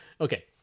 Okay